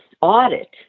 audit